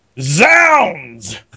Zounds